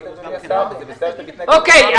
אוקיי.